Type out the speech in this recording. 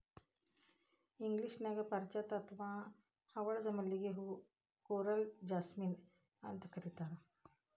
ಇಂಗ್ಲೇಷನ್ಯಾಗ ಪಾರಿಜಾತ ಅತ್ವಾ ಹವಳದ ಮಲ್ಲಿಗೆ ಹೂ ನ ಕೋರಲ್ ಜಾಸ್ಮಿನ್ ಅಂತ ಕರೇತಾರ